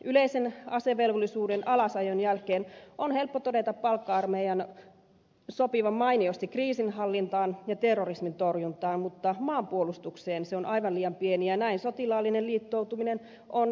yleisen asevelvollisuuden alasajon jälkeen on helppo todeta palkka armeijan sopivan mainiosti kriisinhallintaan ja terrorismin torjuntaan mutta maanpuolustukseen se on aivan liian pieni ja näin sotilaallinen liittoutuminen on välttämätöntä